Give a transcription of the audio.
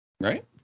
Right